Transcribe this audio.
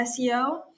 SEO